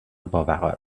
باوقار